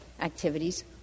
activities